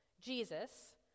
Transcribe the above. Jesus